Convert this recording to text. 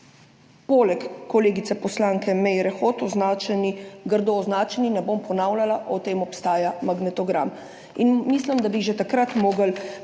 strani kolegice, poslanke Meire Hot grdo označeni, ne bom ponavljala, o tem obstaja magnetogram. In mislim, da bi že takrat morali povedati,